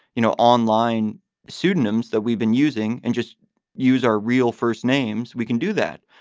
you know, online pseudonyms that we've been using and just use our real first names, we can do that.